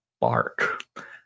Bark